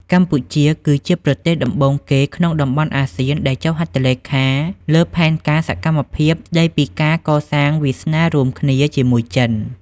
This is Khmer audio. កម្ពុជាគឺជាប្រទេសដំបូងគេក្នុងតំបន់អាស៊ានដែលបានចុះហត្ថលេខាលើផែនការសកម្មភាពស្ដីពីការកសាង "វាសនារួមគ្នា" ជាមួយចិន។